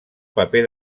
paper